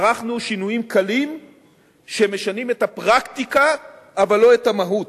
ערכנו שינויים קלים שמשנים את הפרקטיקה אבל לא את המהות.